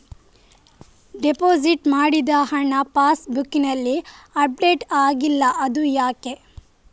Deposit ಮಾಡಿದ ಹಣ ಪಾಸ್ ಬುಕ್ನಲ್ಲಿ ಅಪ್ಡೇಟ್ ಆಗಿಲ್ಲ ಅದು ಯಾಕೆ?